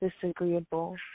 disagreeable